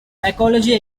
ecology